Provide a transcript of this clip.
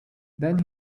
then